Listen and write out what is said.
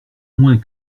moins